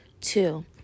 two